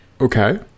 okay